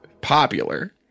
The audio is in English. popular